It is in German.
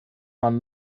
man